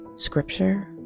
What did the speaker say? scripture